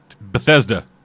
Bethesda